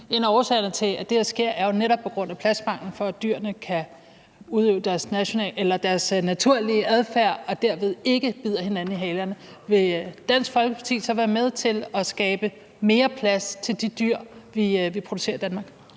en af årsagerne til, at det her sker, er jo netop pladsmangel, i forhold til at dyrene kan udøve deres naturlige adfærd, og i forhold til at de ikke bider hinanden i halerne – vil Dansk Folkeparti så være med til at skabe mere plads til de dyr, vi producerer i Danmark?